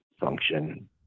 function